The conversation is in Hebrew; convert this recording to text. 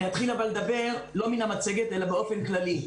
אני אתחיל לדבר לא מהמצגת אלא באופן כללי.